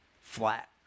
Flat